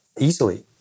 easily